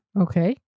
okay